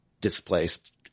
displaced